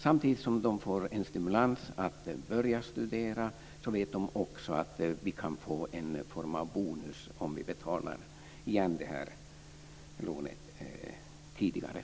Samtidigt som de får en stimulans att börja studera skulle de också veta att de kan få en form av bonus om de betalar igen lånet tidigare.